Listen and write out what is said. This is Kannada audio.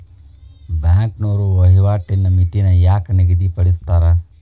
ಬ್ಯಾಂಕ್ನೋರ ವಹಿವಾಟಿನ್ ಮಿತಿನ ಯಾಕ್ ನಿಗದಿಪಡಿಸ್ತಾರ